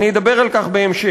ואני אדבר על כך בהמשך.